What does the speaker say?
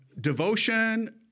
devotion